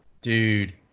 Dude